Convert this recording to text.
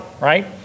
right